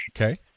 Okay